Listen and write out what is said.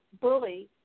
bully